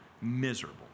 miserable